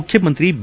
ಮುಖ್ಯಮಂತ್ರಿ ಬಿ